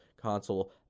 console